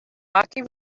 rocky